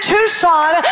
Tucson